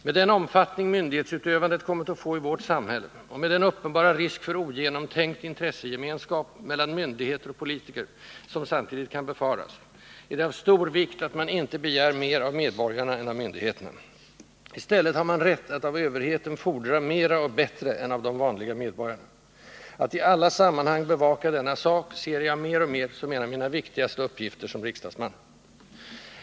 Med den omfattning myndighetsutövandet kommit att få i vårt samhälle, och med den uppenbara risk för ogenomtänkt intressegemenskap mellan myndigheter och politiker, som samtidigt kan befaras, är det av stor vikt att man icke begär mera av medborgarna än av myndigheterna. I stället har man rätt att av överheten fordra mera och bättre än av de vanliga medborgarna. Att i alla sammanhang bevaka denna sak ser jag mer och mer som en av mina viktigaste uppgifter som riksdagsman.